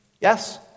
Yes